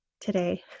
today